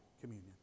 communion